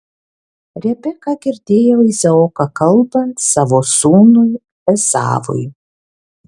rebeka girdėjo izaoką kalbant savo sūnui ezavui